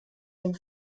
dem